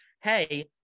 Hey